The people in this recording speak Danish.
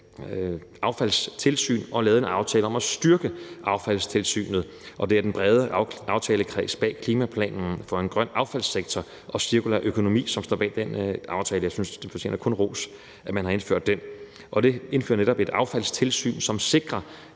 affaldstilsyn og lavet en aftale om at styrke affaldstilsynet. Og det er den brede aftalekreds bag klimaplanen for en grøn affaldssektor og cirkulær økonomi, som står bag den aftale. Jeg synes kun, de fortjener ros for, at man har indført den, og det indfører netop et affaldstilsyn, som sikrer,